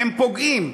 הם פוגעים,